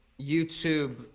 YouTube